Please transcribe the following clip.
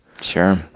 Sure